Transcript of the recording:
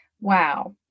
Wow